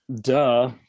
Duh